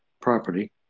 property